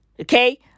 Okay